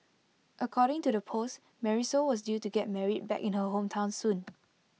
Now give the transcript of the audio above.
according to the post Marisol was due to get married back in her hometown soon